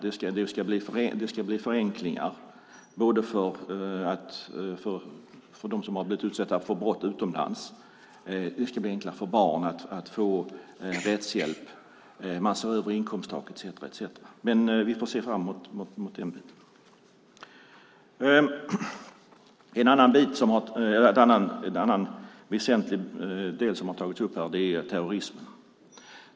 Det ska bli förenklingar för dem som har blivit utsatta för brott utomlands. Det ska bli enklare för barn att få rättshjälp, och man ser över inkomsttak etcetera. Vi ser fram emot detta. En väsentlig sak som har tagits upp här är terrorismen.